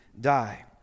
die